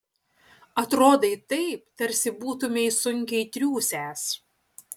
atrodai taip tarsi būtumei sunkiai triūsęs